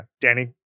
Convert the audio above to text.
Danny